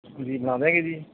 ਹਾਂਜੀ ਬਣਾ ਦਿਆਂਗੇ ਜੀ